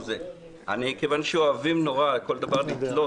כיוון שאוהבים נורא כל דבר לתלות,